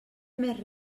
més